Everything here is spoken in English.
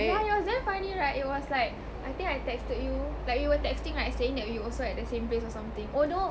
yeah it was damn funny right it was like I think I texted you like we were texting right saying that we were also at the same place or something oh no